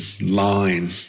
line